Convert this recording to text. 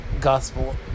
Gospel